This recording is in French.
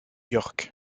york